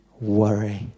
worry